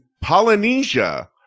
Polynesia